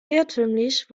irrtümlich